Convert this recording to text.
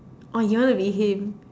oh you wanna be him